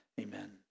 amen